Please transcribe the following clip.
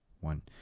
one